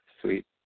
Sweet